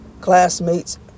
classmates